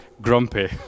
grumpy